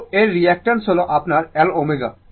তো এর রিঅ্যাকটাঁস হল আপনার L ω